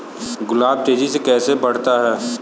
गुलाब तेजी से कैसे बढ़ता है?